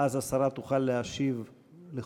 ואז השרה תוכל להשיב לכול.